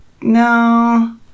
No